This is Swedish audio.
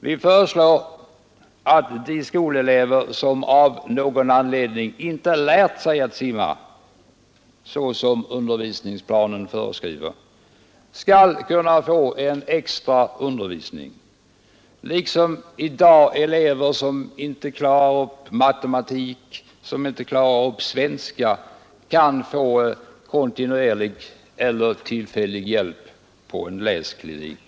Vi föreslår att de skolelever som av någon anledning inte har lärt sig simma, som undervisningsplanen föreskriver, skall få extra undervisning — liksom de elever som nu inte klarar ämnena matematik eller svenska kan få kontinuerlig eller tillfällig hjälp på en läsklinik.